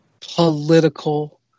political